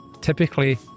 Typically